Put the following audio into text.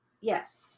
yes